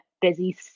busy